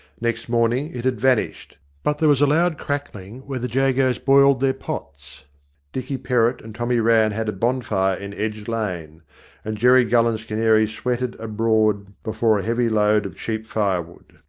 next morning it had vanished but there was a loud crackling where the jagos boiled their pots dicky perrott and tommy rann had a bonfire in edge lane and jerry gullen's canary sweated abroad before a heavy load of cheap firewood.